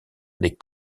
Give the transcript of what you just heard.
les